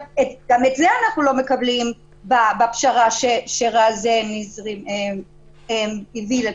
גם את זה אנחנו לא מקבלים בפשרה שרז נזרי הביא לפה.